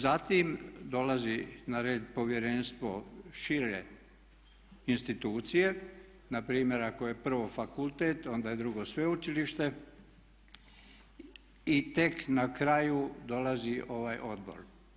Zatim dolazi na red povjerenstvo šire institucije, na primjer ako je prvo fakultet, onda je drugo sveučilište i tek na kraju dolazi ovaj odbor.